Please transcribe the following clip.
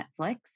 Netflix